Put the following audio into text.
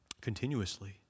continuously